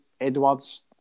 Edwards